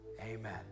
Amen